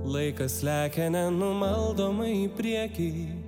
laikas lekia nenumaldomai į priekį